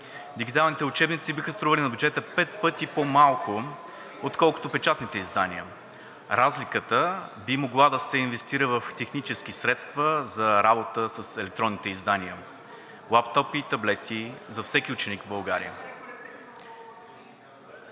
Дигиталните учебници биха стрували на бюджета пет пъти по-малко, отколкото печатните издания. Разликата би могла да се инвестира в технически средства за работа с електронните издания – лаптопи и таблети за всеки ученик в България.